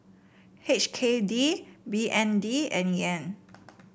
H K D B N D and Yen